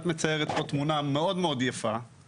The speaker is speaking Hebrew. את מציירת פה תמונה מאוד מאוד יפה,